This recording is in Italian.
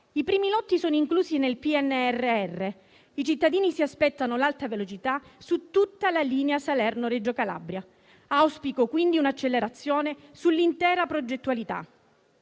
primi lotti sono inclusi nel PNRR. I cittadini si aspettano l'Alta velocità su tutta la linea Salerno-Reggio Calabria. Auspico quindi un'accelerazione sull'intera progettualità,